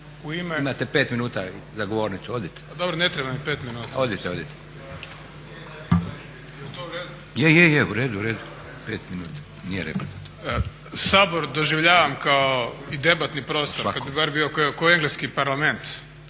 Sabor doživljavam kao i debatni prostor, kada bi bar bio ko engleski parlament